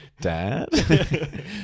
Dad